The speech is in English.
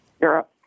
Europe